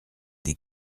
des